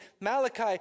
Malachi